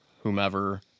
whomever